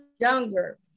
younger